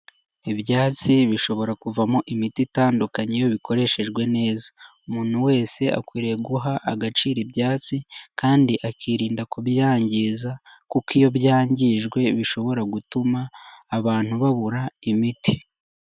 Ibyatsi bishobora kuvamo imiti itandukanye iyo bikoreshejwe neza. Umuntu wese akwiriye guha agaciro ibyatsi kandi akirinda kubyangiza, kuko iyo byangijwe bishobora gutuma abantu babura imiti.